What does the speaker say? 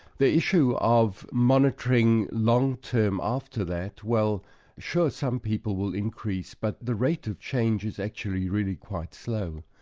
the issue of monitoring long-term after that, well sure, some people will increase, but the rate of change is actually really quite slow,